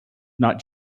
not